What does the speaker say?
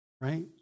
Right